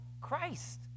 Christ